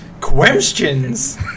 Questions